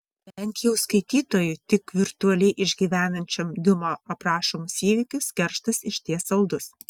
bent jau skaitytojui tik virtualiai išgyvenančiam diuma aprašomus įvykius kerštas išties saldus